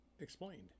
explained